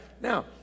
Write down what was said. Now